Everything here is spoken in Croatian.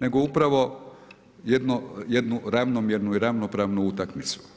nego upravo jednu ravnomjernu i ravnopravnu utakmicu.